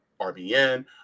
RBN